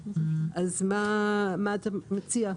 מה אתה מציע?